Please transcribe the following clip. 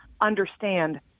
understand